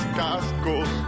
cascos